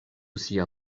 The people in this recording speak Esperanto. sia